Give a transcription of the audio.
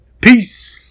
peace